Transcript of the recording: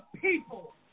people